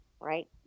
right